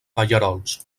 pallerols